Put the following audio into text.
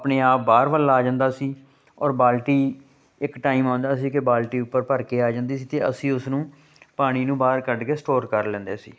ਆਪਣੇ ਆਪ ਬਾਹਰ ਵੱਲ ਆ ਜਾਂਦਾ ਸੀ ਔਰ ਬਾਲਟੀ ਇੱਕ ਟਾਈਮ ਆਉਂਦਾ ਸੀ ਕਿ ਬਾਲਟੀ ਉੱਪਰ ਭਰ ਕੇ ਆ ਜਾਂਦੀ ਸੀ ਅਤੇ ਅਸੀਂ ਉਸਨੂੰ ਪਾਣੀ ਨੂੰ ਬਾਹਰ ਕੱਢ ਕੇ ਸਟੋਰ ਕਰ ਲੈਂਦੇ ਸੀ